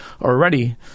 already